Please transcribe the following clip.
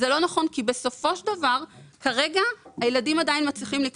מע"מ פלוס המס הביא ל-2.5 מיליון שקל,